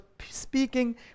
speaking